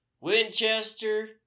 Winchester